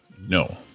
No